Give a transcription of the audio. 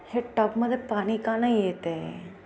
हे टबमध्ये पाणी का नाही येत आहे